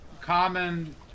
common